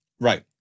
Right